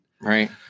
Right